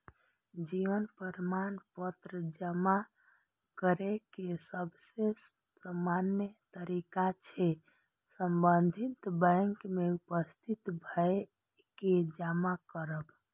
जीवन प्रमाण पत्र जमा करै के सबसे सामान्य तरीका छै संबंधित बैंक में उपस्थित भए के जमा करब